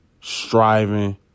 striving